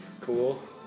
cool